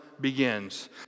begins